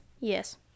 Yes